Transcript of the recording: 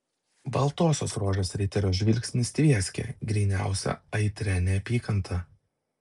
baltosios rožės riterio žvilgsnis tvieskė gryniausia aitria neapykanta